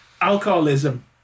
alcoholism